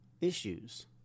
issues